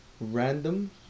random